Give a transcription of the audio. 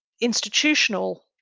institutional